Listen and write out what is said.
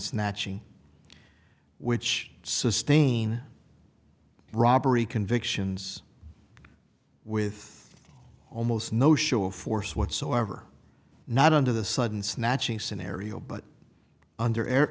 snatching which sustain robbery convictions with almost no show of force whatsoever not under the sudden snatching scenario but under air